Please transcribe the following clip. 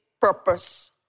purpose